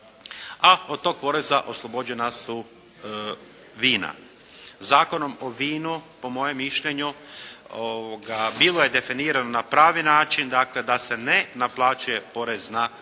A od tog poreza oslobođena su vina. Zakonom o vinu po mojem mišljenju bilo je definirano na pravi način dakle da se ne naplaćuje porez na